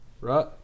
Right